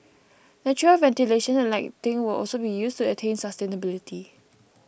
natural ventilation and lighting will also be used to attain sustainability